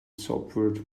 subword